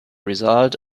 result